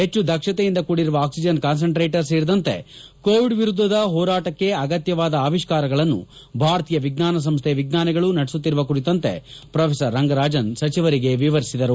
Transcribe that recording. ಹೆಚ್ಚು ದಕ್ಷತೆಯಿಂದ ಕೂಡಿರುವ ಅಕ್ಷಿಜನ್ ಕಾನ್ಪಂಟ್ರೇಟರ್ ಸೇರಿದಂತೆ ಕೋವಿಡ್ ವಿರುದ್ದದ ಹೋರಾಟಕ್ಕೆ ಅಗತ್ಯವಾದ ಅವಿಷ್ಕಾರಗಳನ್ನು ಭಾರತೀಯ ವಿಜ್ಞಾನ ಸಂಸ್ದೆಯ ವಿಜ್ಞಾನಿಗಳು ನಡೆಸುತ್ತಿರುವ ಕುರಿತಂತೆ ಪ್ರೊಥೆಸರ್ ರಂಗರಾಜನ್ ಸಚಿವರಿಗೆ ವಿವರಿಸಿದರು